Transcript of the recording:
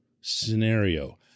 scenario